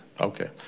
Okay